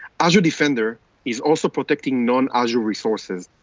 azure defender is also protecting non-azure resources,